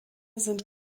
sind